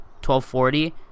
12.40